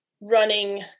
running